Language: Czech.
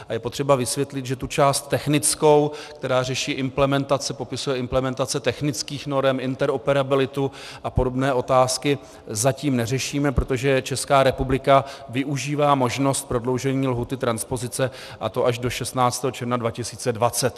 A je potřeba vysvětlit, že tu část technickou, která řeší implementaci, popisuje implementaci technických norem, interoperabilitu a podobné otázky, zatím neřešíme, protože Česká republika využívá možnost prodloužení lhůty transpozice, a to až do 16. června 2020.